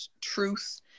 truth